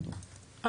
בבקשה.